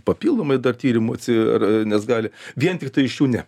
papildomai dar tyrimus ir nes gali vien tiktai iš jų ne